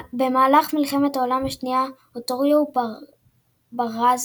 במהלך מלחמת העולם השנייה אוטוריו באראזי,